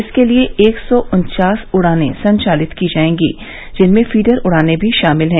इसके लिए एक सौ उन्चास उड़ानें संचालित की जाएंगी जिनमें फीडर उड़ानें भी शामिल हैं